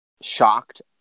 shocked